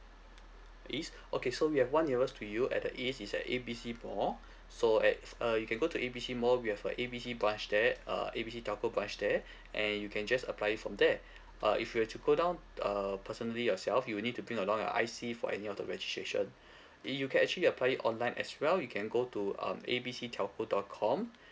east okay so we have one nearest to you at the east is at A B C mall so at uh you can go to A B C mall we have a A B C branch there uh A B C telco branch there and you can just apply it from there uh if you were to go down uh personally yourself you will need to bring along your I_C for any of the registration i~ you can actually apply it online as well you can go to um A B C telco dot com